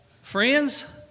Friends